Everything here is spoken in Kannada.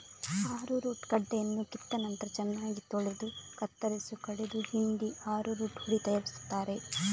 ಅರರೂಟ್ ಗಡ್ಡೆಯನ್ನ ಕಿತ್ತ ನಂತ್ರ ಚೆನ್ನಾಗಿ ತೊಳೆದು ಕತ್ತರಿಸಿ ಕಡೆದು ಹಿಂಡಿ ಅರರೂಟ್ ಹುಡಿ ತಯಾರಿಸ್ತಾರೆ